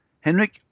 Henrik